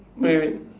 wait wait